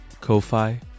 Ko-Fi